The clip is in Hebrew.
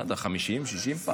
50, 60 פעם.